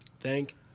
Thank